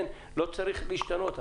לא צריך להשתנות.